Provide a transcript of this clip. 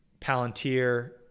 Palantir